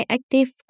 Active